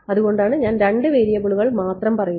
അതുകൊണ്ടാണ് ഞാൻ രണ്ട് വേരിയബിളുകൾ മാത്രം പറയുന്നത്